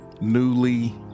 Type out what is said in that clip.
Newly